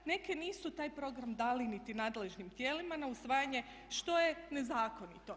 Neke nisu taj program dali niti nadležnim tijelima na usvajanje što je nezakonito.